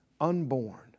unborn